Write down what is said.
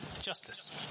justice